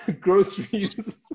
groceries